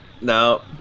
No